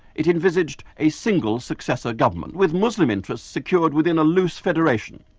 it envisaged a single successor government with muslim interests secured within a loose federation.